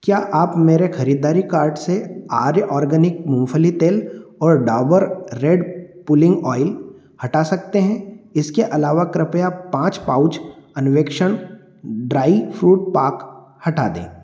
क्या आप मेरे ख़रीदारी कार्ट से आर्य ऑर्गनिक मूँगफली का तेल और डाबर रेड पुल्लिंग ऑयल हटा सकते हैं इसके अलावा कृपया पाँच पाउच अन्वेक्षण ड्राई फ़्रूट पाक हटा दें